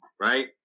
right